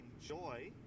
enjoy